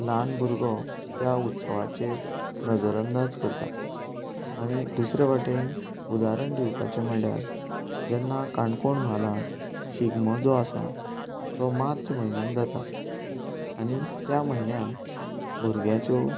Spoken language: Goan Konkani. ल्हान भुरगो त्या उत्सवाचेर नजर अंदाज करता आनी दुसरे वटेन उदाहरण दिवपाचे म्हणल्यार जेन्ना काणकोण म्हालांत शिगमो जो आसा तो मार्च म्हयन्यांत जाता आनी त्या म्हयन्यांत भुरग्यांच्यो